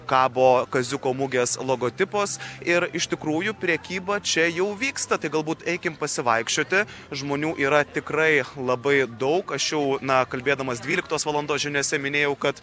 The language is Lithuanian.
kabo kaziuko mugės logotipas ir iš tikrųjų prekyba čia jau vyksta tai galbūt eikim pasivaikščioti žmonių yra tikrai labai daug aš jau na kalbėdamas dvyliktos valandos žiniose minėjau kad